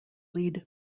lead